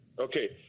Okay